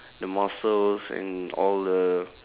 the muscles and all the